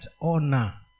honor